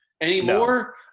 anymore